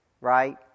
right